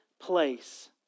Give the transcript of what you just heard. place